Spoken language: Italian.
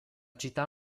città